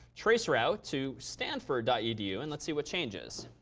trace route to stanford dot edu and let's see what changes.